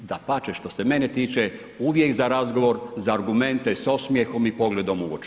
Dapače, što se mene tiče uvijek za razgovor za argumente s osmijehom i pogledom u oči.